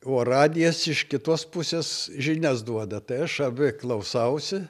o radijas iš kitos pusės žinias duoda tai aš abi klausausi